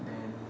then